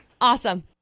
Awesome